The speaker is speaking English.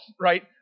right